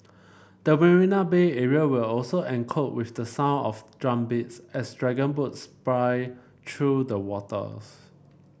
the Marina Bay area will also echo with the sound of drumbeats as dragon boats splice through the waters